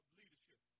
leadership